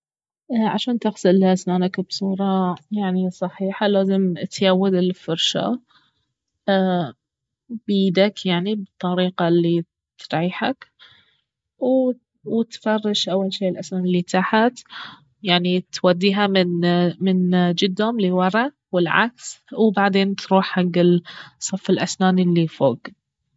عشان تغسل اسنانك بصورة يعني صحيحة لازم اتيود الفرشاة بيدك يعني بطريقة الصحيحة و-وتفرش اول شي الاسنان الي تحت يعني توديها من من جدام لي ورا والعكس وبعدين تروح حق صف الاسنان الي فوق